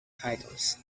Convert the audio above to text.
titles